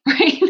right